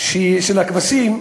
של הכבשים.